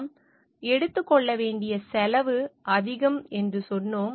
நாம் எடுத்துக் கொள்ள வேண்டிய செலவு அதிகம் என்று சொன்னோம்